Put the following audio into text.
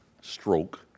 stroke